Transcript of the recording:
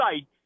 sight